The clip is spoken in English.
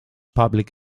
public